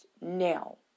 now